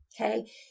Okay